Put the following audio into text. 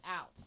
out